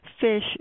fish